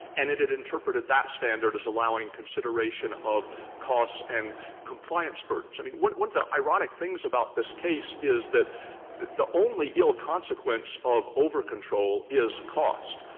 and it had interpreted that standard as allowing consideration of cost and compliance burdens. i mean, one one of the ironic things about this case is that the only ill consequence of overcontrol is cost.